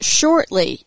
shortly